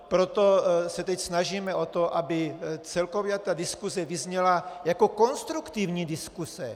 Proto se teď snažíme o to, aby celkově ta diskuse vyzněla jako konstruktivní diskuse.